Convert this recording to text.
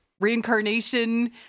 reincarnation